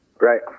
Right